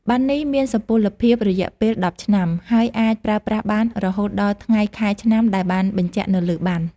ប័ណ្ណនេះ មានសុពលភាពរយៈពេល ១០ ឆ្នាំ ហើយអាចប្រើប្រាស់បានរហូតដល់ថ្ងៃខែឆ្នាំដែលបានបញ្ជាក់នៅលើប័ណ្ណ។